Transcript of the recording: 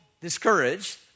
discouraged